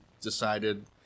decided